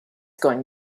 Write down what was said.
going